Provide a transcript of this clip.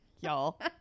y'all